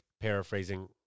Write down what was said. paraphrasing